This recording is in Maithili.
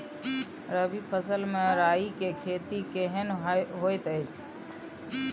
रबी फसल मे राई के खेती केहन होयत अछि?